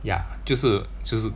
ya 就是就是